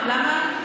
למה?